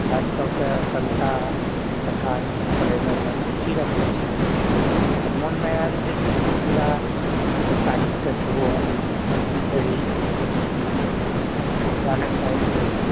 खास कऽ कऽ कविता कथा ई सब पढ़य मे बरा रूचि राखै छी तऽ मोन मे आयल जे सुपौल जिला के साहित्य के सेहो हम पढ़ी तऽ जानऽ चाहैत रही